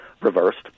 reversed